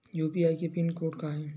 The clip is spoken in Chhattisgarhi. यू.पी.आई के पिन कोड का हे?